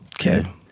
okay